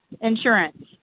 insurance